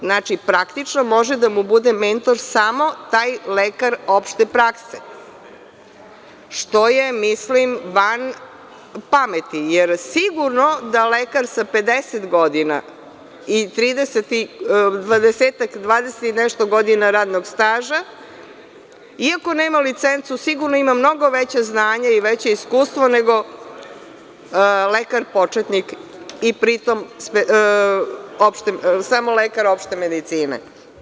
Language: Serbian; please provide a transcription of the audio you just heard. Znači, praktično može da mu bude mentor samo taj lekar opšte prakse, što je van pameti, jer sigurno da lekar sa 50 godina i 20 i nešto godina radnog staža, iako nema licencu sigurno ima mnogo veće znanje i veće iskustvo nego lekar početnik i pritom samo lekar opšte medicine.